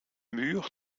mur